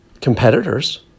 competitors